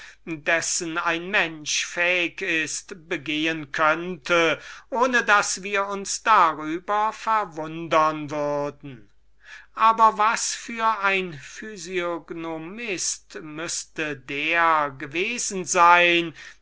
dessen ein mensch fähig ist begehen könnte ohne daß wir uns darüber verwundern würden aber was für ein physiognomist müßte der gewesen sein